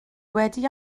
wedi